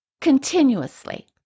continuously